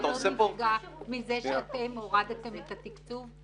אף אחד לא נפגע מזה שאתם הורדתם את התקצוב?